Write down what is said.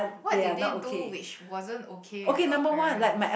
what did they do which wasn't okay with your parents